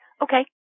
Okay